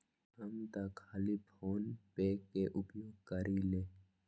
हम तऽ खाली फोनेपे के उपयोग करइले